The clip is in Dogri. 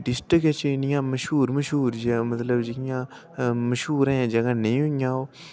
डिस्टिक जेह्कियां इन्नियां मश्हूर जां मतलब इ'यां मश्हूर अजें नेईं होइयां ओ